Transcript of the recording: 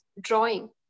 drawing